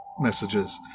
messages